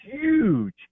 huge